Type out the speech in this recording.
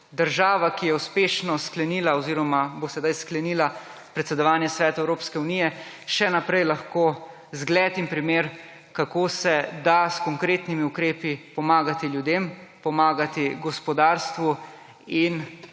država, ki je uspešno sklenila oziroma bo sedaj sklenila predsedovanje Svetu Evropske unije, še naprej lahko zgled in primer, kako se da s konkretnimi ukrepi pomagati ljudem, pomagati gospodarstvu in